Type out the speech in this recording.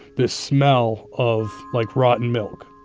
this smell of like rotten milk.